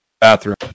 bathroom